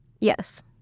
Yes